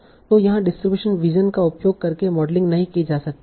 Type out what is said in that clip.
तो यहा distribution vision का उपयोग करके मॉडलिंग नहीं की जा सकती